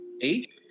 Eight